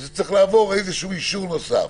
וזה צריך לעבור איזשהו אישור נוסף.